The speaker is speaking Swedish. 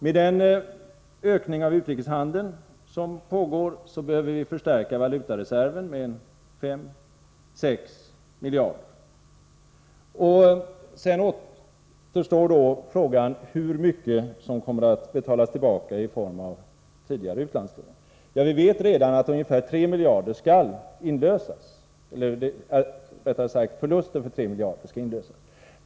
Med den ökning av utrikeshandeln som pågår behöver vi förstärka valutareserven med 5-6 miljarder. Sedan återstår frågan, hur mycket som kommer att betalas tillbaka i form av tidigare utlandslån. Vi vet redan att förluster för ungefär 3 miljarder måste inlösas.